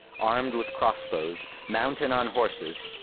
armed with crossbows, mounted on horses,